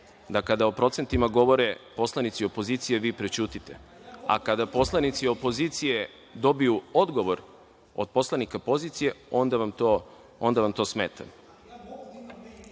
da kada o procentima govore poslanici opozicije vi prećutite, a kada poslanici opozicije dobiju odgovor od poslanika pozicije, onda vam to smeta.